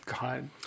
god